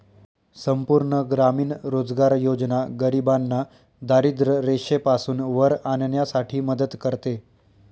संपूर्ण ग्रामीण रोजगार योजना गरिबांना दारिद्ररेषेपासून वर आणण्यासाठी मदत करते